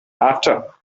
after